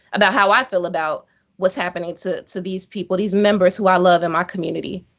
about how i feel about what's happening to these people. these members who i love in my community.